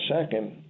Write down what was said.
second